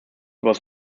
was